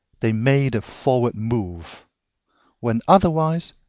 they made a forward move when otherwise,